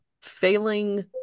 Failing